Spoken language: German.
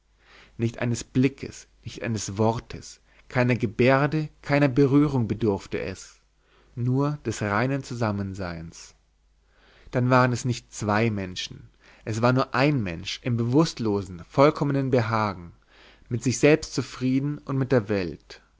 nicht eines blickes nicht eines wortes keiner gebärde keiner berührung bedurfte es nur des reinen zusammenseins dann waren es nicht zwei menschen es war nur ein mensch im bewußtlosen vollkommnen behagen mit sich selbst zufrieden und mit der welt